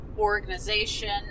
organization